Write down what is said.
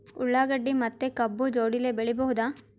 ಉಳ್ಳಾಗಡ್ಡಿ ಮತ್ತೆ ಕಬ್ಬು ಜೋಡಿಲೆ ಬೆಳಿ ಬಹುದಾ?